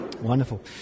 Wonderful